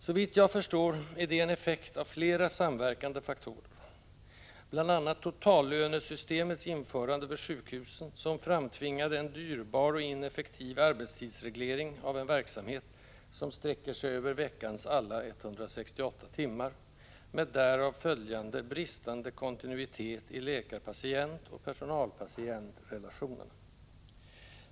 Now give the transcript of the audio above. Såvitt jag förstår är detta en effekt av flera samverkande faktorer, bl.a. totallönesystemets införande vid sjukhusen, som framtvingade en dyrbar och ineffektiv arbetstidsreglering av en verksamhet som sträcker sig över veckans alla 168 timmar, med därav följande bristande kontinuitet i läkar-patientoch personal-patient-relationerna.